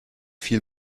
viel